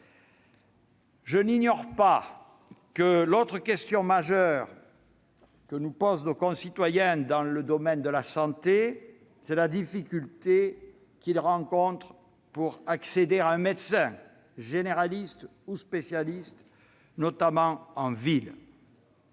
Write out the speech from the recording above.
Je n'ignore pas que l'autre question majeure que nous posent nos concitoyens dans le domaine de la santé a trait à la difficulté qu'ils rencontrent pour accéder à un médecin, généraliste ou spécialiste, notamment en ville.